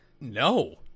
no